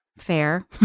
fair